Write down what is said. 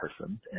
person